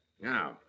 Now